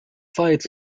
sites